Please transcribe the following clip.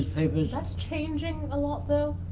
newspapers. that's changing a lot though.